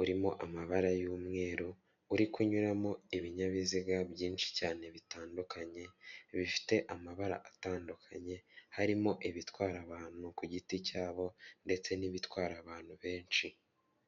urimo amabara y'umweru uri kunyuramo ibinyabiziga byinshi cyane bitandukanye bifite amabara atandukanye harimo ibitwara abantu ku giti cyabo ndetse n'ibitwara abantu benshi.